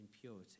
purity